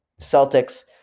Celtics